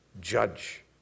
judge